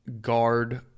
guard